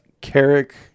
Carrick